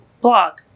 blog